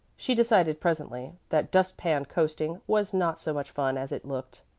she decided presently that dust-pan coasting was not so much fun as it looked.